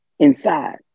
inside